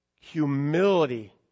Humility